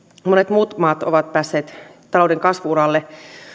muut maat ovat päässeet talouden kasvu uralle